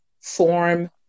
form